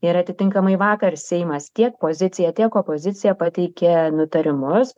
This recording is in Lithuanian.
ir atitinkamai vakar seimas tiek pozicija tiek opozicija pateikė nutarimus